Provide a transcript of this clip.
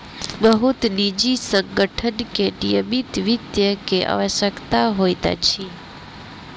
बहुत निजी संगठन के निगमित वित्त के आवश्यकता होइत अछि